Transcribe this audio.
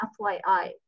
FYI